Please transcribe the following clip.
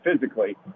physically